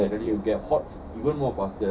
yes yes